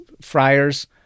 friars